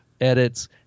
edits